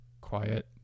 quiet